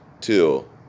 till